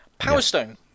Powerstone